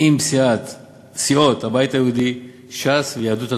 עם סיעות הבית היהודי, ש"ס ויהדות התורה.